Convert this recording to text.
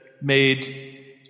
made